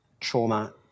trauma